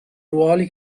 ruoli